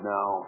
Now